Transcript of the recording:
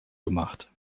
gemacht